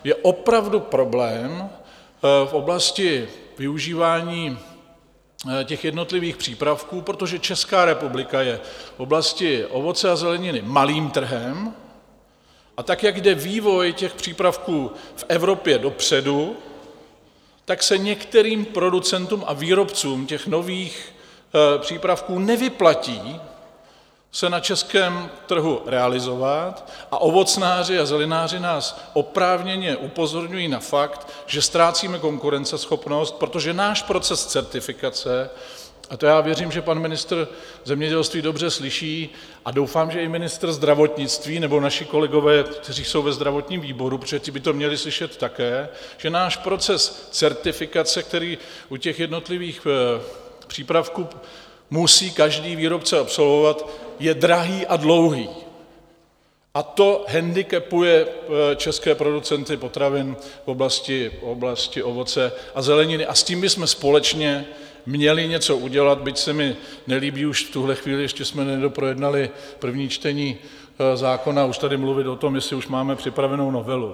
Je opravdu problém v oblasti využívání jednotlivých přípravků, protože Česká republika je v oblasti ovoce a zeleniny malým trhem, a tak, jak jde vývoj těch přípravků v Evropě dopředu, tak se některým producentům a výrobcům nových přípravků nevyplatí se na českém trhu realizovat, a ovocnáři a zelináři nás oprávněně upozorňují na fakt, že ztrácíme konkurenceschopnost, protože náš proces certifikace a já věřím, že pan ministr zemědělství to dobře slyší, a doufám, že i ministr zdravotnictví nebo naši kolegové, kteří jsou ve zdravotním výboru, protože ti by to měli slyšet také že náš proces certifikace, který u jednotlivých přípravků musí každý výrobce absolvovat, je drahý a dlouhý, to hendikepuje české producenty potravin v oblasti ovoce a zeleniny a s tím bychom společně měli něco udělat, byť se mi nelíbí už v tuhle chvíli ještě jsme nedoprojednali první čtení zákona už tady mluvit o tom, jestli už máme připravenou novelu.